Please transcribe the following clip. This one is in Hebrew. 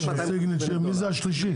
נכון.